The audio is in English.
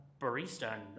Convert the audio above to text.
barista